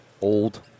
old